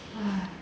!hais!